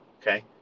Okay